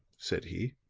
said he.